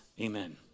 Amen